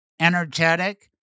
energetic